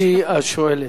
גברתי השואלת,